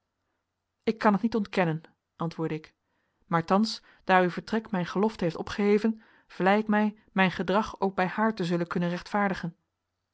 ik kan het niet ontkennen antwoordde ik maar thans daar uw vertrek mijn gelofte heeft opgeheven vlei ik mij mijn gedrag ook bij haar te zullen kunnen rechtvaardigen